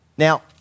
Now